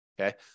okay